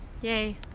Yay